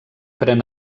pren